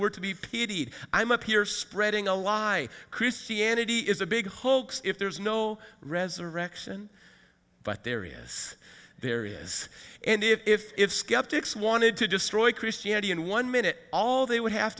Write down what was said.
we're to be pitied i'm up here spreading a lie christianity is a big hoax if there's no resurrection but there is there is and if if skeptics wanted to destroy christianity in one minute all they would have